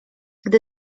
gdy